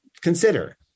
consider